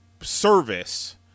service